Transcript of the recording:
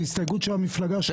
זאת הסתייגות של המפלגה שלי.